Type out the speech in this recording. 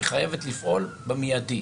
היא חייבת לפעול במיידי.